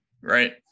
right